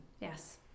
Yes